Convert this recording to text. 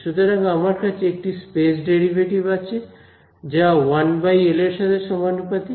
সুতরাং আমার কাছে একটি স্পেস ডেরিভেটিভ আছে যা 1এল এর সাথে সমানুপাতিক